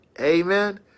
Amen